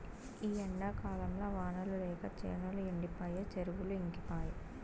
ఈ ఎండాకాలంల వానలు లేక చేనులు ఎండిపాయె చెరువులు ఇంకిపాయె